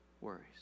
worries